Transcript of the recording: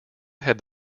had